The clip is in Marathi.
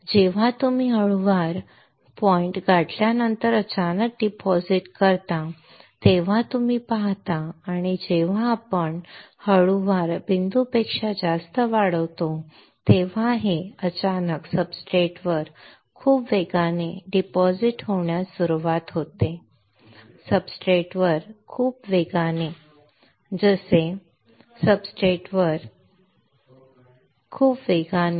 जेव्हा तुम्ही मेल्टिंग पॉइंट गाठल्यानंतर अचानक डिपॉझिट करता तेव्हा तुम्ही पाहता आणि जेव्हा आपण मेल्टिंग पॉइंट पेक्षा जास्त वाढतो तेव्हा हे अचानक सब्सट्रेटवर खूप वेगाने डिपॉझिट होण्यास सुरवात होते सब्सट्रेटवर खूप वेगाने जसे की सब्सट्रेटवर खूप वेगाने